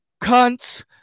cunts